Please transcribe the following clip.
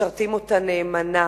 משרתים אותה נאמנה,